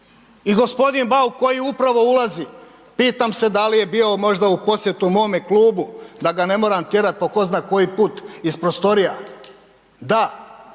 i g. Bauk koji upravo ulazi, pitam se da li je bio možda u posjetu mome klubu da ga ne moram tjerat po ko zna koji put iz prostorija. Da,